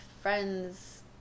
friends